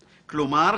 כלומר,